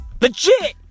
Legit